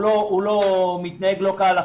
הוא לא מתנהג לא בהלכה.